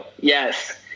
yes